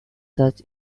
such